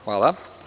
Hvala.